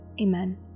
Amen